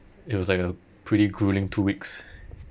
it was like a pretty gruelling two weeks